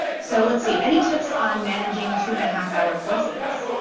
so let's see. any tips on managing two and a half hour courses.